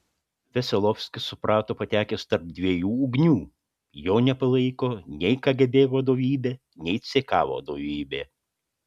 veselovskis suprato patekęs tarp dviejų ugnių jo nepalaiko nei kgb vadovybė nei ck vadovybė